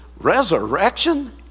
Resurrection